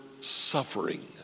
suffering